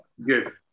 Good